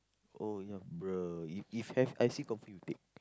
oh ya bruh if if have I_C confirm you take